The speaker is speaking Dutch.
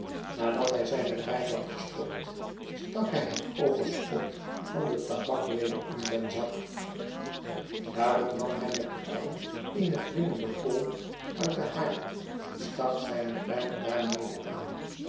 nadat hij zijne pijp had gestopt stak hij het overschot van de tabak weder in zijn zak daarop nam hij met de tang eene glimmende kool uit den haard stak zijnepijp daarmede aan